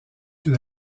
que